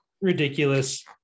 ridiculous